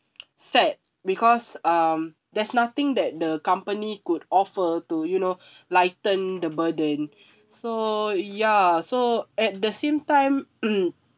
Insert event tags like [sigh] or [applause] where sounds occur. sad because um there's nothing that the company could offer to you know [breath] lighten the burden [breath] so ya so at the same time mm